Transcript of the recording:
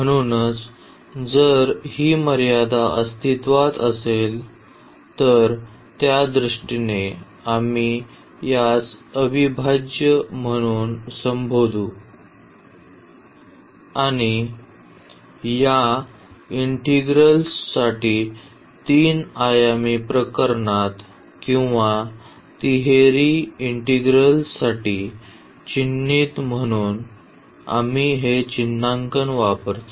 म्हणूनच जर ही मर्यादा अस्तित्त्वात असेल तर त्या दृष्टीने आम्ही यास अविभाज्य म्हणून संबोधू आणि या इंटिग्रल्स साठी तीन आयामी प्रकरणात किंवा तिहेरी इंटिग्रल्स साठी चिन्हित म्हणून आम्ही हे चिन्हांकन वापरतो